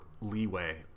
leeway